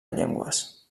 llengües